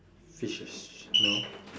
fishes no